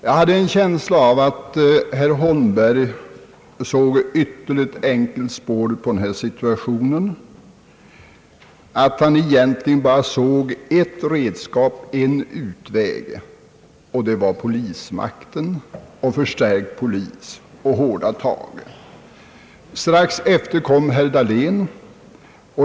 Jag har en känsla av att han såg ytterligt enkelspårigt på denna fråga, att han egentligen bara såg ett redskap, en utväg, och det var en förstärkt polismakt och hårda tag. Strax efter kom herr Dahlén.